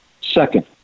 Second